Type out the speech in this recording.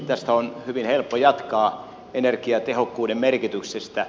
tästä on hyvin helppo jatkaa energiatehokkuuden merkityksestä